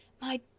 My